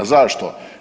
Zašto?